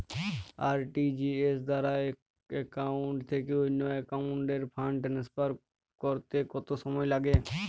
RTGS দ্বারা এক account থেকে অন্য একাউন্টে ফান্ড ট্রান্সফার করতে কত সময় লাগে?